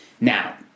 now